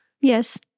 Yes